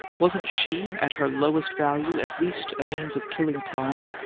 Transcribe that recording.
wasn't she at her lowest value at least a means of killing time?